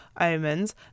omens